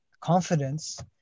confidence